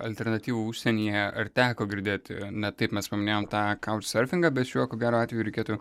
alternatyvų užsienyje ar teko girdėti na taip mes paminėjom tą kautšsurfingą bet šiuo ko gero atveju reikėtų